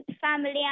family